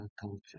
culture